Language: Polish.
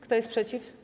Kto jest przeciw?